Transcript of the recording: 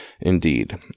indeed